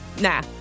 nah